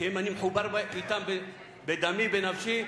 כי אני מחובר אתם בדמי ונפשי,